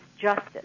justice